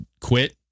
quit